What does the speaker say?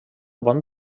bon